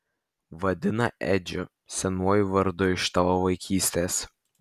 vadina edžiu senuoju vardu iš tavo vaikystės